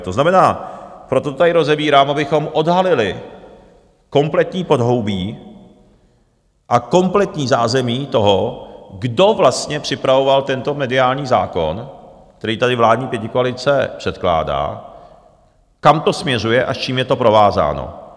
To znamená, proto to tady rozebírám, abychom odhalili kompletní podhoubí a kompletní zázemí toho, kdo vlastně připravoval tento mediální zákon, který tady vládní pětikoalice předkládá, kam to směřuje a s čím je to provázáno.